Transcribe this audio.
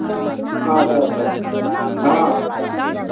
अच्छा अच्छा अच्छा हँ